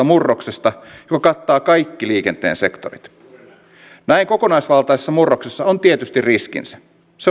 murroksesta joka kattaa kaikki liikenteen sektorit näin kokonaisvaltaisessa murroksessa on tietysti riskinsä se on totta ja nimenomaan